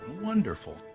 Wonderful